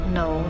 no